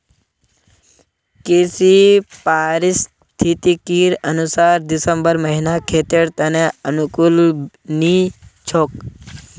कृषि पारिस्थितिकीर अनुसार दिसंबर महीना खेतीर त न अनुकूल नी छोक